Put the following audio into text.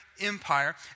empire